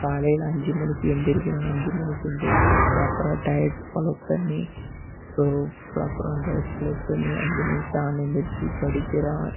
காலையில் அஞ்சு மணிக்கு எழுந்திரிக்கிறான் அஞ்சு மணிக்கு எழுந்திரிச்சி ப்ராப்பராக டயட் ஃபாலோ பண்ணி இப்போது ப்ராப்பரான டயட் ஃபாலோ பண்ணி அஞ்சு மணிக்கு டான்னு எழுந்திரிச்சி படிக்கிறான்